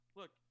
look